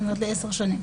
זאת אומרת לעשר שנים.